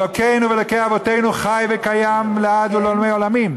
אלוקינו ואלוקי אבותינו חי וקיים לעד ולעולמי עולמים,